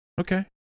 Okay